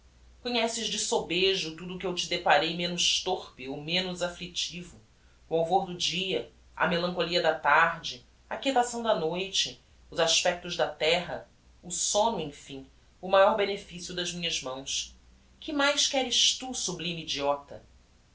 conheces de sobejo tudo o que eu te deparei menos torpe ou menos afflictivo o alvor do dia a melancholia da tarde a quietação da noite os aspectos da terra o somno emfim o maior beneficio das minhas mãos que mais queres tu sublime idiota